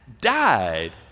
died